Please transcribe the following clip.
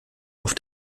auf